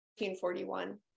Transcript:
1941